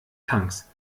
tanks